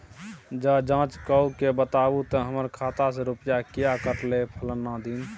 ज जॉंच कअ के बताबू त हमर खाता से रुपिया किये कटले फलना दिन?